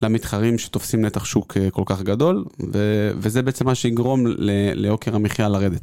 למתחרים שתופסים נתח שוק כל כך גדול, וזה בעצם מה שיגרום ליוקר המחיה לרדת.